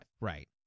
Right